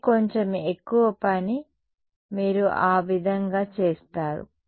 కానీ కొంచెం ఎక్కువ పని మీరు ఆ విధంగా చేస్తారు